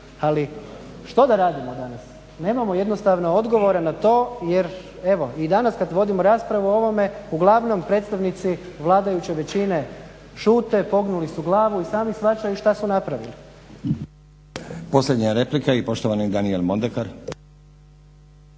Ali što da radimo danas? Nemamo jednostavno odgovore na to jer evo i danas kada govorimo raspravu o ovome uglavnom predstavnici vladajuće većine šute, pognuli su glavu i sami shvaćaju šta su napravili.